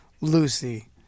Lucy